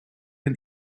and